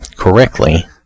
Correctly